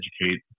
educate